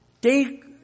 take